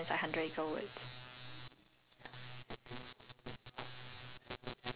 okay so it'd be like a green house ah cause got plants then it's like hundred acre woods